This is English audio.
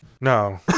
No